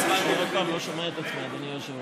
עוד פעם, אני לא שומע את עצמי, אדוני היושב-ראש.